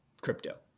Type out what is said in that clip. crypto